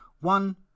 One